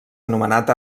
anomenat